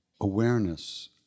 awareness